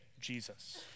Jesus